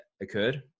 occurred